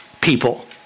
people